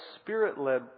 spirit-led